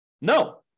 No